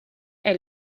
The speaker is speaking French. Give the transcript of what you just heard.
elle